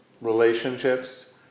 relationships